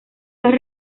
las